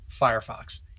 Firefox